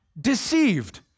deceived